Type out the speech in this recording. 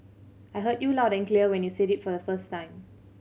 I heard you loud and clear when you said it for the first time